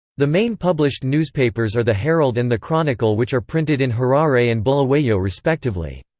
the main published newspapers are the herald and the chronicle which are printed in harare and bulawayo respectively.